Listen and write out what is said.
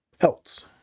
else